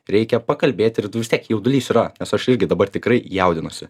reikia pakalbėti ir tu vis tiek jaudulys yra nes aš irgi dabar tikrai jaudinuosi